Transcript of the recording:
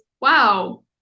wow